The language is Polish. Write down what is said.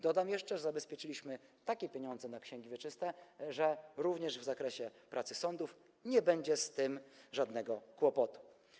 Dodam jeszcze, że zabezpieczyliśmy takie pieniądze na księgi wieczyste, że również w zakresie pracy sądów nie będzie z tym żadnego kłopotu.